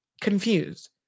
confused